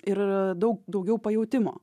ir daug daugiau pajautimo